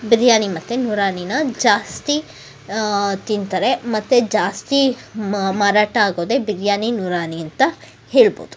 ಬಿರಿಯಾನಿ ಮತ್ತು ನೂರಾನಿನ ಜಾಸ್ತಿ ತಿಂತಾರೆ ಮತ್ತು ಜಾಸ್ತಿ ಮಾರಾಟ ಆಗೋದೇ ಬಿರಿಯಾನಿ ನೂರಾನಿ ಅಂತ ಹೇಳ್ಬೋದು